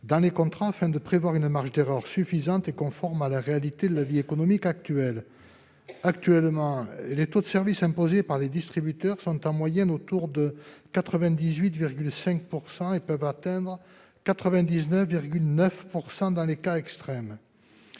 dans les contrats, afin de prévoir une marge d'erreur suffisante et conforme à la réalité de la vie économique actuelle. Les taux de service actuellement imposés par les distributeurs sont en moyenne autour de 98,5 % et peuvent atteindre 99,9 % dans des cas extrêmes.